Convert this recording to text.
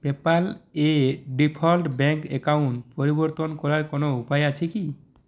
পেপ্যালে default bank account পরিবর্তন করার কোনও উপায় আছে কি